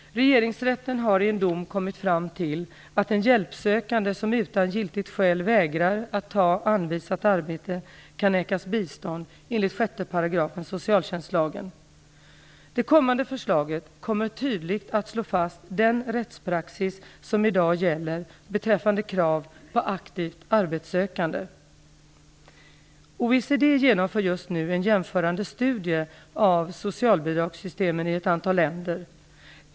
Regeringsrätten har i en dom kommit fram till att en hjälpsökande som utan giltigt skäl vägrar att ta anvisat arbete kan nekas bistånd enligt 6 § socialtjänstlagen. Det kommande förslaget kommer tydligt att slå fast den rättspraxis som i dag gäller beträffande krav på aktivt arbetssökande. OECD genomför just nu en jämförande studie av socialbidragssystemen i ett antal länder.